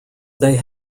they